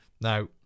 Now